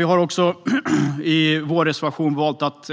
Vi har i vår reservation också valt att